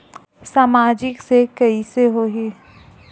सामाजिक से कइसे होही?